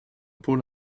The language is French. pôle